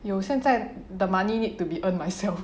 有现在 the money need to be earned myself